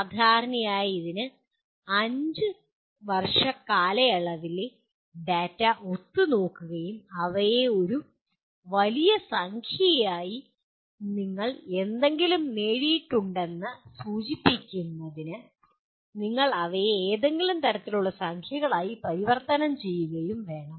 സാധാരണയായി ഇതിന് 5 വർഷ കാലയളവിൽ ഡാറ്റ ഒത്തുനോക്കുകയും അവയെ ഒരു വലിയ സംഖ്യയായി നിങ്ങൾ എന്തെങ്കിലുമൊക്കെ നേടിയെടുത്തിട്ടുണ്ടെന്ന് സൂചിപ്പിക്കുന്നതിന് നിങ്ങൾ അവയെ ഏതെങ്കിലും തരത്തിലുള്ള സംഖ്യകളായി പരിവർത്തനം ചെയ്യുകയും വേണം